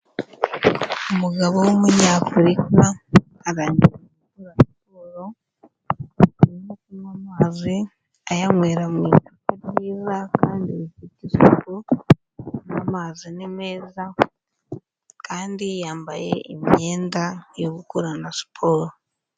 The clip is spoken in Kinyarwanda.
Umugabo w'umunyafurika, arangije gukora siporo, arimo kunywa amazi ayanywera mu icupa ryiza kandi rifite isuku, amazi ni meza kandi yambaye imyenda yo gukora na siporo.